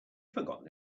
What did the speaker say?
forgotten